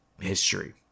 History